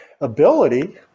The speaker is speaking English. ability